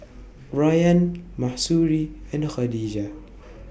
Rayyan Mahsuri and Khadija